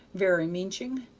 very meaching.